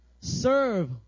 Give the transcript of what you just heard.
serve